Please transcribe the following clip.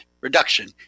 reduction